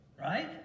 right